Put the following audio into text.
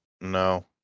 No